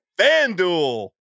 FanDuel